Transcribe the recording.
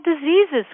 diseases